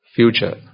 future